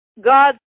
God